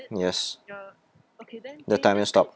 yes the timer stopped